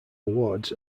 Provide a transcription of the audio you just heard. awards